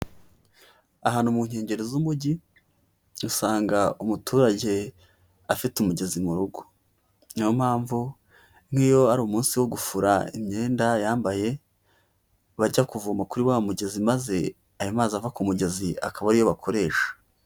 Ahantu mu nkengero z'umujyi usanga umuturage afite umugezi mu rugo niyo mpamvu nk'iyo ari umunsi wo gufura imyenda yambaye bajya kuvoma kuri wa mugezi maze ayo mazi ava k'umugezi akaba ariyo bakoresha.